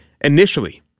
initially